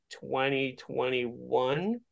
2021